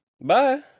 Bye